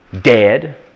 dead